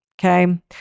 Okay